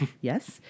Yes